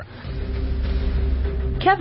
Kevin